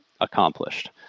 accomplished